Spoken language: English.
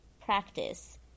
practice